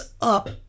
up